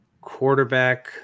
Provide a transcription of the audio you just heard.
quarterback